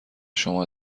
شما